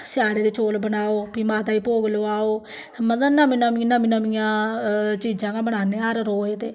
स्याढ़ै दे चौल बनाओ भी माता गी भोग लोआओ मतलब नमीं नमियां नमीं नमियां चीजां गै बनान्ने आं हर रोज ते